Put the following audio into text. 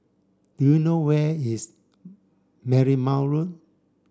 do you know where is Marymount Road